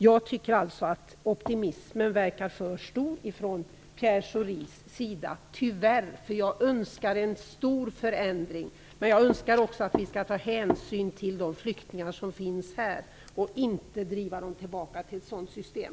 Jag tycker tyvärr att optimismen hos Pierre Schori är för stor. Jag säger tyvärr därför att jag önskar en stor förändring på Kuba, men jag önskar också att vi skall ta hänsyn till de flyktingar som finns här och inte driva dem tillbaka till ett sådant system.